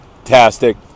fantastic